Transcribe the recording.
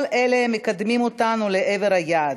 כל אלה מקדמים אותנו לעבר היעד,